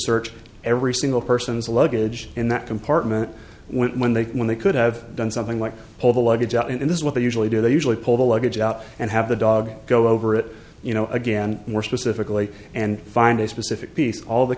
search every single person's luggage in that compartment when they when they could have done something like pull the luggage out and this is what they usually do they usually pull the luggage out and have the dog go over it you know again more specifically and find a specific piece all the